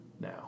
now